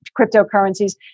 cryptocurrencies